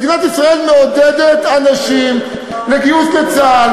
מדינת ישראל מעודדת אנשים לגיוס לצה"ל.